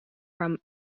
from